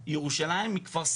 מבוזרת בלי שום הליך של בקרה.